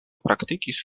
praktikis